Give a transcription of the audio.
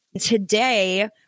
Today